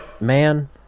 Man